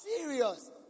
Serious